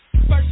First